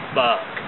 buck